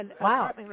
Wow